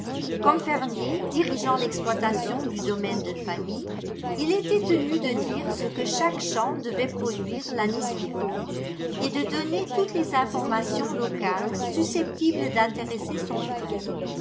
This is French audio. comme fermier dirigeant l'exploitation du domaine de famille il était tenu de dire ce que chaque champ devait produire l'année suivante et de donner toutes les informations locales susceptibles d'intéresser son frère